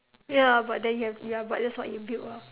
ya but then you have ya but that's what you build ah